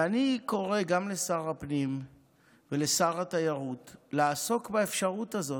ואני קורא גם לשר הפנים ולשר התיירות לעסוק באפשרות הזאת,